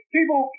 People